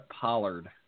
Pollard